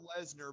Lesnar